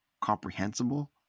comprehensible